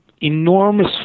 enormous